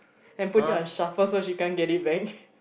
and put it on shuffle so she can't get it back